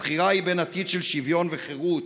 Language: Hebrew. הבחירה היא ביו עתיד של שוויון וחירות